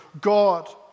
God